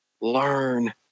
learn